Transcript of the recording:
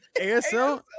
ASL